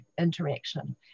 interaction